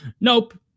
nope